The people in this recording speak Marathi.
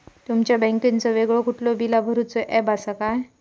तुमच्या बँकेचो वेगळो कुठलो बिला भरूचो ऍप असा काय?